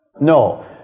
No